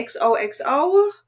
xoxo